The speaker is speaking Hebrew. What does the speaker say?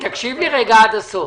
תקשיב לי רגע עד הסוף.